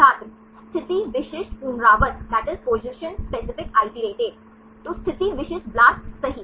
छात्र स्थिति विशिष्ट पुनरावृत्त स्थिति विशिष्ट ब्लास्ट सही